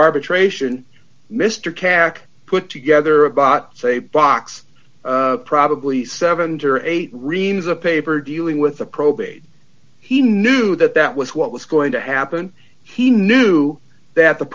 arbitration mr cack put together a bought say box probably seven or eight reams of paper dealing with the probate he knew that that was what was going to happen he knew that the